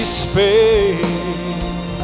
space